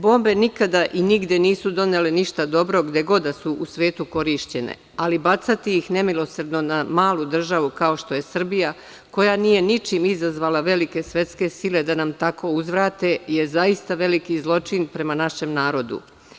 Bombe nikada i nigde nisu donele ništa drugo dobrog gde god da su u svetu korišćene, ali bacati ih nemilosrdno na malu državu, kao što je Srbija koja nije ničim izazvala velike svetske sile da nam tako uzvrate je zaista veliki zločin prema našem narodu.